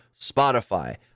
Spotify